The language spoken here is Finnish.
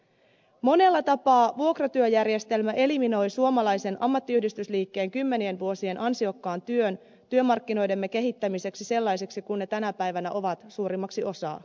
monella tapaa vuokratyöjärjestelmä eliminoi suomalaisen ammattiyhdistysliikkeen kymmenien vuosien ansiokkaan työn työmarkkinoidemme kehittämiseksi sellaiseksi kuin ne tänä päivänä ovat suurimmaksi osaa